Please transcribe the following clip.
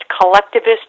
collectivist